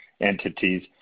entities